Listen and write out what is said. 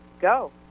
go